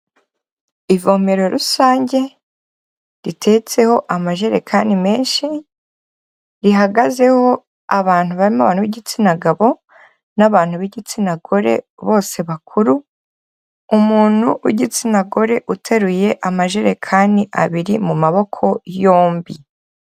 Ivomero rusange riteretseho amajerekani menshi, rihagazeho abantu barimo abantu b'igitsina gabo n'abantu b'igitsina gore bose bakuru, umuntu w'igitsina gore uteruye amajerekani abiri mu maboko yombi.